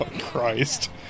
Christ